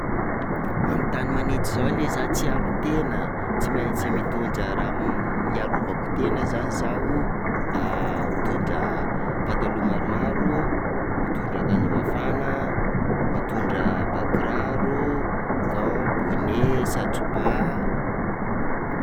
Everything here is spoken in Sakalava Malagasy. Amin'ny tany manintsy zao ley zaho tsy hiaro tena, tsy maintsy mitondra raha m hiarovako tena zany izaho, mitondra pataloha maromaro, mitondra akanjo mafana, mitondra bakiraro, gants, bonnet, satroba.